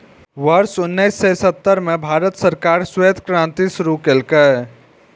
वर्ष उन्नेस सय सत्तर मे भारत सरकार श्वेत क्रांति शुरू केलकै